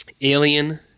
Alien